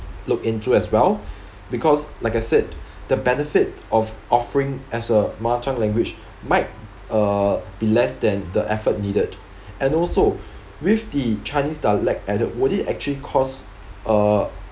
look into as well because like I said the benefit of offering as a mother tongue language might uh be less than the effort needed and also with the chinese dialect added would it actually cause a